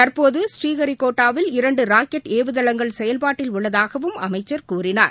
தற்போது ஸ்ரீஹரிகோட்டாவில் இரண்டுராக்கெட் ஏவுதளங்கள் செயல்பாட்டில் உள்ளதாகவும் அமைச்சா் கூறினார்